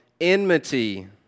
enmity